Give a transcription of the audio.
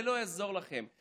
זה לא יעזור לכם.